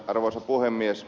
arvoisa puhemies